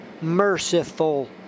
Merciful